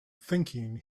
thinking